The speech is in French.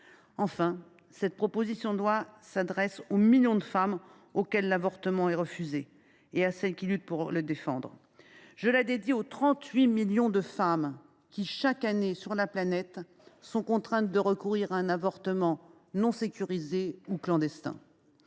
Enfin, cette proposition de loi s’adresse aux millions de femmes auxquelles l’avortement est refusé et à celles qui luttent pour le défendre. Je la dédie aux 38 millions de femmes qui, chaque année sur la planète, sont contraintes de recourir à un avortement non sécurisé ou clandestin.